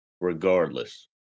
Regardless